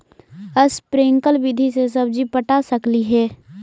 Sprinkle विधि से सब्जी पटा सकली हे?